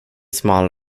smal